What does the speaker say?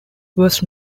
was